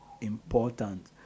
important